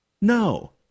No